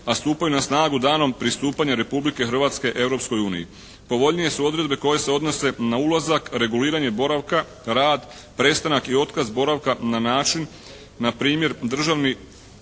a stupaju na snagu danom pristupanja Republike Hrvatske Europskoj uniji. Povoljnije su odredbe koje se odnose na ulazak, reguliranje boravka, rad, prestanak i otkaz boravka na način npr. državljani